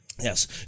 Yes